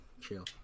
chill